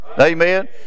amen